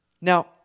Now